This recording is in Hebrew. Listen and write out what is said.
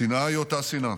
השנאה היא אותה שנאה.